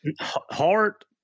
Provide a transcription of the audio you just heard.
heart